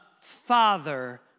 father